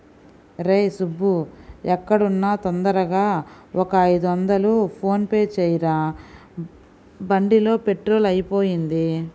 రేయ్ సుబ్బూ ఎక్కడున్నా తొందరగా ఒక ఐదొందలు ఫోన్ పే చెయ్యరా, బండిలో పెట్రోలు అయిపొయింది